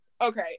Okay